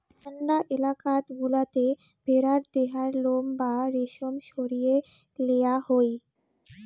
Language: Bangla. ঠান্ডা এলাকাত গুলাতে ভেড়ার দেহার লোম বা রেশম সরিয়ে লেয়া হই